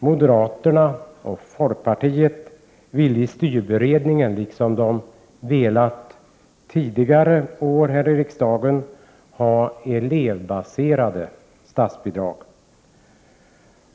Moderaterna och folkpartiet ville i styrberedningen liksom tidigare här i riksdagen ha elevbaserade bidrag.